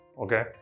Okay